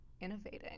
innovating